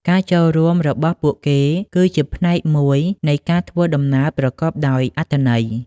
ការចូលរួមរបស់ពួកគេគឺជាផ្នែកមួយនៃការធ្វើដំណើរប្រកបដោយអត្ថន័យ។